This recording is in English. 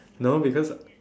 no because